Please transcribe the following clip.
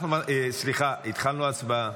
סליחה, התחלנו הצבעה.